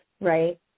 right